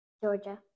Georgia